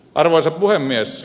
arvoisa puhemies